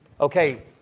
Okay